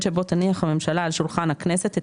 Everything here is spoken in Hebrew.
שבו תניח הממשלה על שולחן הכנסת המועד לאישור),